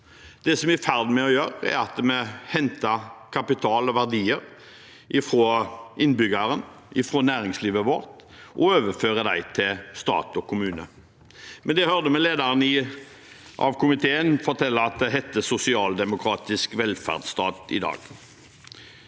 Det vi er i ferd med å gjøre, er å hente kapital og verdier fra innbyggerne og fra næringslivet vårt og overføre dem til stat og kommune. Der hørte vi lederen av komiteen fortelle at det heter «sosialdemokratisk velferdsstat» i dag.